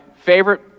favorite